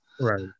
right